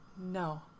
No